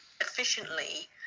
efficiently